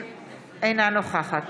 אינה נוכחת